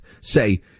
say